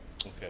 Okay